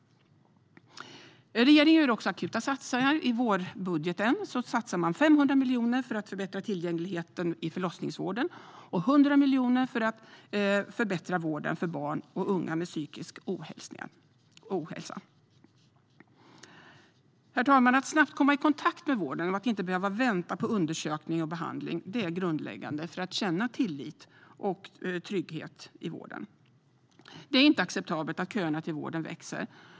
Regeringen gör också akuta satsningar. I vårbudgeten satsar man 500 miljoner för att förbättra tillgängligheten i förlossningsvården och 100 miljoner för att förbättra vården för barn och unga med psykisk ohälsa. Herr talman! Att snabbt komma i kontakt med vården och att inte behöva vänta på undersökning och behandling är grundläggande för att man ska känna tillit till och trygghet i vården. Det är inte acceptabelt att köerna till vården växer.